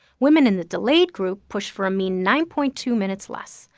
women in the delayed group pushed for a mean nine point two minutes less,